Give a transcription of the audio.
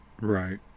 Right